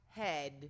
head